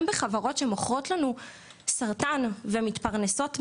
בחברות שמוכרות לנו סרטן ומתפרנסות מזה,